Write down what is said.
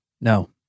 No